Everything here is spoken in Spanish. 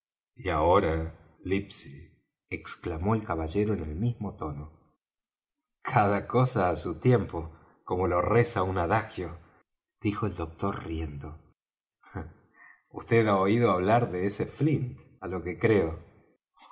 y ahora livesey exclamó el caballero en el mismo tono cada cosa á su tiempo como lo reza un adagio dijo el doctor riendo vd ha oído hablar de ese flint á lo que creo